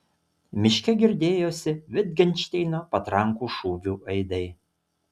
miške girdėjosi vitgenšteino patrankų šūvių aidai